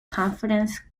confidence